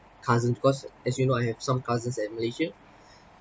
cousin because as you know I have some cousins at malaysia